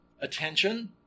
attention